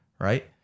Right